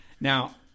Now